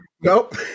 nope